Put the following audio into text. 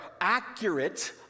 accurate